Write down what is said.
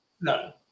no